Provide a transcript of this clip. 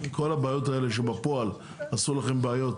כל הבעיות האלה שבפועל עשו לכם בעיות